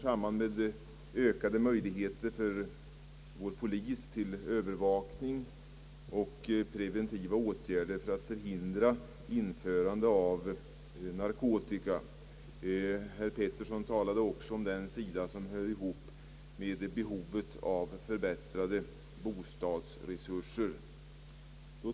Det gäller möjligheter för vår polis till övervakning och preventiva åtgärder för att förhindra införande av narkotika. Herr Petersson talade också om den sida som hör ihop med behovet av förbättrade bostadsresurser.